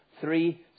three